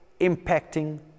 impacting